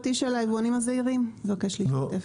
היבואנים הזעירים ישתתף.